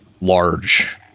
large